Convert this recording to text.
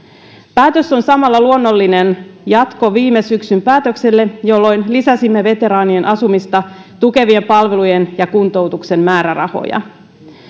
päätös on samalla luonnollinen jatko viime syksyn päätökselle jolloin lisäsimme veteraanien asumista tukevien palvelujen ja kuntoutuksen määrärahoja